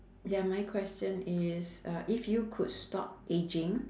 ya my question is uh if you could stop aging